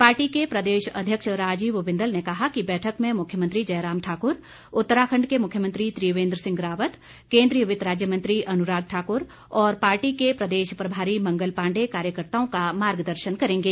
party के प्रदेश अध्यक्ष राजीव बिंदल ने कहा कि बैठक में मुख्यमंत्री जयराम ठाकुर उत्तराखंड के मुख्यमंत्री त्रिवेंद्र सिंह रावत केंद्रीय वित्त राज्य मंत्री अनुराग ठाकुर और पार्टी के प्रदेश प्रभारी मंगल पांडेय कार्यकर्त्ताओं का मार्गदर्शन करेंगे